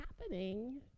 happening